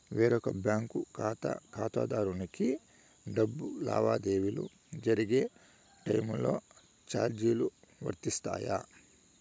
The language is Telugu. వేరొక బ్యాంకు ఖాతా ఖాతాదారునికి డబ్బు లావాదేవీలు జరిగే టైములో చార్జీలు వర్తిస్తాయా?